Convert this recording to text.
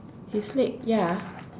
his leg ya